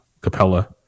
Capella